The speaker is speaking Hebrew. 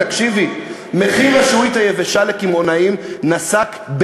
תקשיבי: "מחיר השעועית היבשה לקמעונאים נסק",